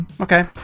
Okay